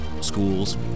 schools